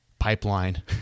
pipeline